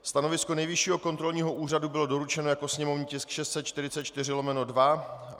Stanovisko Nejvyššího kontrolního úřadu bylo doručeno jako sněmovní tisk 644/2.